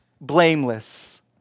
blameless